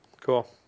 Cool